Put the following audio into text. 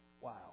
Wow